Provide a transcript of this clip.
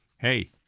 Hey